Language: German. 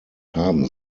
haben